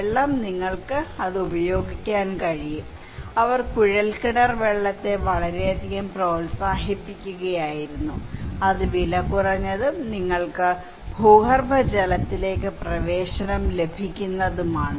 വെള്ളം നിങ്ങൾക്ക് അത് ഉപയോഗിക്കാൻ കഴിയും അവർ കുഴൽക്കിണർ വെള്ളത്തെ വളരെയധികം പ്രോത്സാഹിപ്പിക്കുകയായിരുന്നു അത് വിലകുറഞ്ഞതും നിങ്ങൾക്ക് ഭൂഗർഭജലത്തിലേക്ക് പ്രവേശനം ലഭിക്കുന്നതുമാണ്